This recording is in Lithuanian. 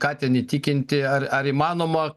ką ten įtikinti ar ar įmanoma